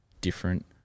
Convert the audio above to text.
different